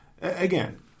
again